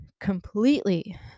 completely